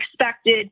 expected